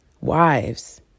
Wives